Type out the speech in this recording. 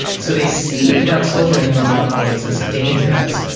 so they see black soldiering in a lot of ways as dangerous.